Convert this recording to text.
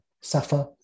suffer